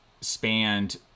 spanned